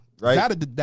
right